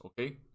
Okay